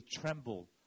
tremble